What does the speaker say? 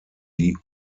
die